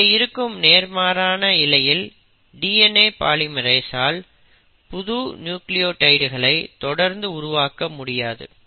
இங்கே இருக்கும் நேர்மாறான இழையில் DNA பாலிமெரேஸ்சால் புது நியூக்ளியோடைட்களை தொடர்ந்து உருவாக்க முடியாது